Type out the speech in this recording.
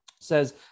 says